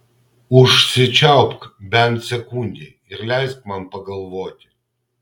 užsičiaupk bent sekundei ir leisk man pagalvoti